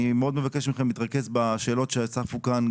אני מאוד מבקש מכם להתרכז בשאלות שצפו כאן,